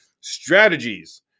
strategies